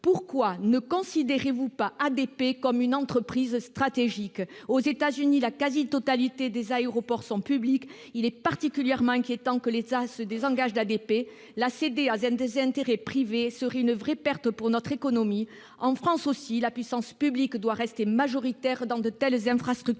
Pourquoi ne considérez-vous pas ADP comme une entreprise stratégique ? Aux États-Unis, la quasi-totalité des aéroports sont publics et il est particulièrement inquiétant que l'État se désengage d'ADP. Céder ce groupe à des intérêts privés serait une vraie perte pour notre économie : en France aussi, la puissance publique doit rester majoritaire dans de telles infrastructures.